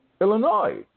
Illinois